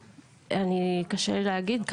קשה לי להגיד.